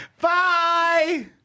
Bye